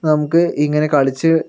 നമുക്ക് ഇങ്ങനെ കളിച്ച്